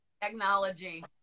technology